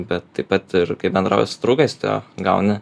bet taip pat ir kai bendrauji su draugais tu jo gauni